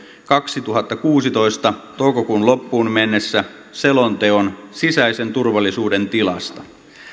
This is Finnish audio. kaksituhattakuusitoista toukokuun loppuun mennessä selonteon sisäisen turvallisuuden tilasta